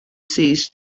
seized